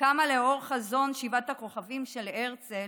שקמה לאור חזון שבעת הכוכבים של הרצל,